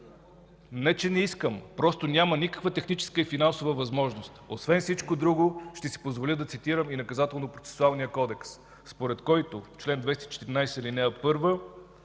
Не че не искам, просто няма никаква техническа и финансова възможност. Освен всичко друго, ще си позволя да цитирам и Наказателнопроцесуалния кодекс, според който – чл. 214, ал. 1,